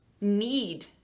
need